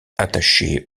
attachées